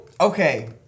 okay